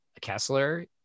Kessler